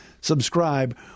Subscribe